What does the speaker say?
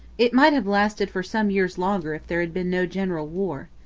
it might have lasted for some years longer if there had been no general war.